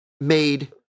made